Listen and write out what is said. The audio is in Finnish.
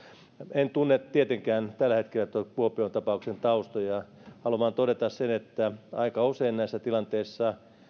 en tunne tietenkään tällä hetkellä tuon kuopion tapauksen taustoja haluan vain todeta sen että aika usein näissä tilanteissa